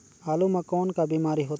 आलू म कौन का बीमारी होथे?